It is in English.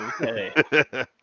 okay